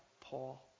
Paul